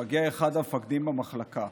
מגיע אחד המפקדים במחלקה,